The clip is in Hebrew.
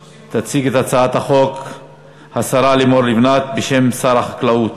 הצעת חוק הביטוח הלאומי (תיקון מס' 145,